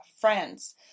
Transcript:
friends